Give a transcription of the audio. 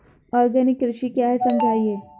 Organic कृषि क्या है समझाइए?